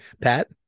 Pat